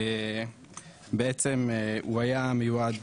בעצם הוא היה מיועד